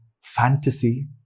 fantasy